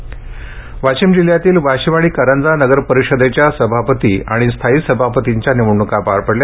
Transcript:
वाशीम निवडण्का वाशिम जिल्ह्यातील वाशिम आणि कारंजा नगरपरिषदेच्या सभापती आणि स्थायी सभापतींच्या निवडणुका पार पडल्या